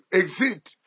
exit